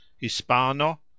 Hispano